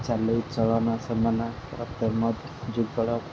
ଚାଲିଚଳନ ସେମାନଙ୍କ ପ୍ରେମ ଯେଉଁଭଳିଆ